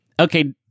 Okay